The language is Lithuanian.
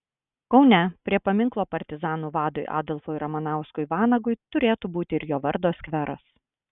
kaune prie paminklo partizanų vadui adolfui ramanauskui vanagui turėtų būti ir jo vardo skveras